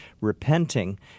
repenting